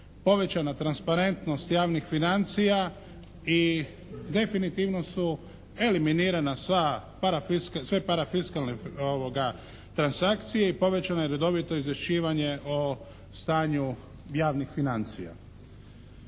Povećana transparentnost javnih financija i definitivno su eliminirana sva, sve parafiskalne transakcije i povećano je redovito izvješćivanje o stanju javnih financija.